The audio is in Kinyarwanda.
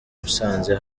musanze